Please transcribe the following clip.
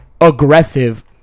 aggressive